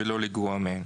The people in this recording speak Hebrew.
ולא לגרוע מהן".